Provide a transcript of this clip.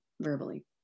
verbally